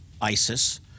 ISIS